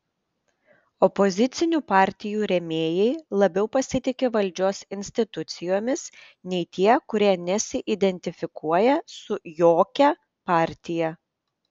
opozicinių partijų rėmėjai labiau pasitiki valdžios institucijomis nei tie kurie nesiidentifikuoja su jokia partija